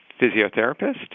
physiotherapist